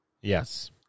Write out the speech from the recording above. Yes